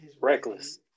Reckless